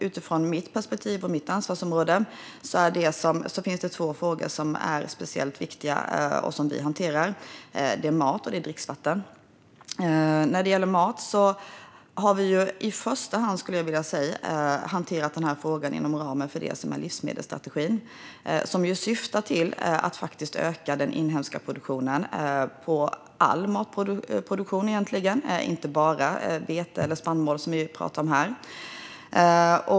Utifrån mitt perspektiv och ansvarsområde finns det två frågor som är speciellt viktiga och som vi hanterar. Det är mat och dricksvatten. När det gäller mat har vi i första hand hanterat frågan inom ramen för livsmedelsstrategin. Den syftar till att öka den inhemska produktionen på all mat, inte bara vete eller spannmål som vi pratar om här.